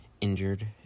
injured